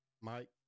mike